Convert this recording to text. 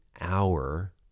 hour